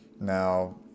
Now